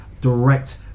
direct